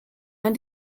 man